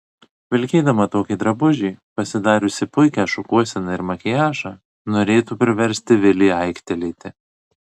vilkėdama tokį drabužį pasidariusi puikią šukuoseną ir makiažą norėtų priversti vilį aiktelėti